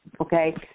okay